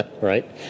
right